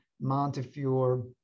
Montefiore